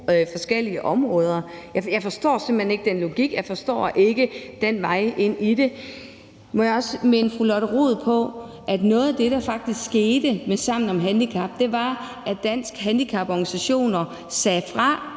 forskellige områder. Jeg forstår simpelt hen ikke den logik, jeg forstår ikke den vej ind i det. Må jeg også minde fru Lotte Rod om, at noget af det, der faktisk skete med Sammen om handicap, var, at Danske Handicaporganisationer sagde fra